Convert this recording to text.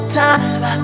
time